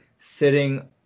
sitting